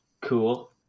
Cool